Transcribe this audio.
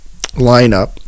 lineup